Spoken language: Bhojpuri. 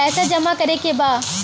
पैसा जमा करे के बा?